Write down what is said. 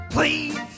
Please